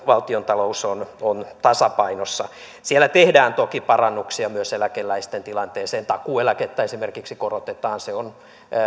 valtiontalous on on tasapainossa siellä tehdään toki parannuksia myös eläkeläisten tilanteeseen takuueläkettä esimerkiksi korotetaan se on